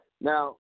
Now